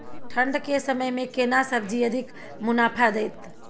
ठंढ के समय मे केना सब्जी अधिक मुनाफा दैत?